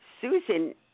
Susan